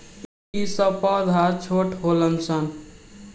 ई सब पौधा छोट होलन सन